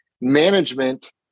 management